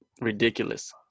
ridiculous